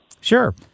Sure